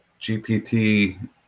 GPT